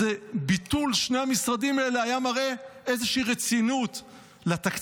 ביטול שני המשרדים האלה היה מראה איזושהי רצינות לתקציב,